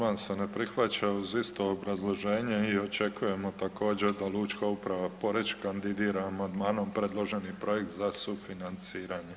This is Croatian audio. Amandman se ne prihvaća uz isto obrazloženje i očekujemo također da Lučka uprava Poreč kandidira amandmanom predloženi projekt za sufinanciranje.